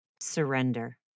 surrender